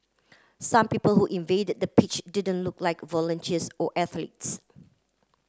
some people who invaded the pitch didn't look like volunteers or athletes